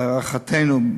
להערכתנו,